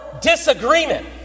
disagreement